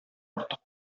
артык